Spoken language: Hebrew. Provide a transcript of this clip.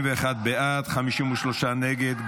51 בעד, 53 נגד.